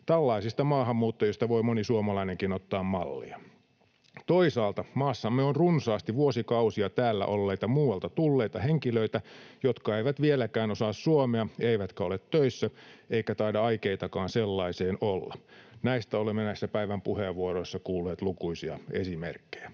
Tällaisista maahanmuuttajista voi moni suomalainenkin ottaa mallia. Toisaalta maassamme on runsaasti vuosikausia täällä olleita muualta tulleita henkilöitä, jotka eivät vieläkään osaa suomea eivätkä ole töissä, eikä taida aikeitakaan sellaiseen olla. Näistä olemme näissä päivän puheenvuoroissa kuulleet lukuisia esimerkkejä.